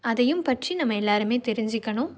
அதையும் பற்றி நம்ம எல்லாருமே தெரிஞ்சிக்கணும்